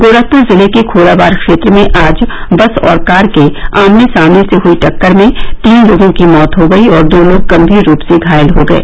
गोरखपुर जिले के खोराबार क्षेत्र में आज बस और कार के आमने सामने से हुई टक्कर में तीन लोगों की मौत हो गयी और दो लोग गंभीर रूप से घायल हो गये